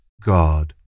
God